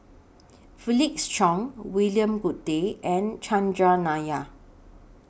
Felix Cheong William Goode and Chandran Nair